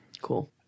Cool